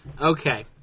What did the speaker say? Okay